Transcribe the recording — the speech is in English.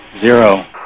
zero